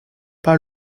pas